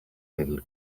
little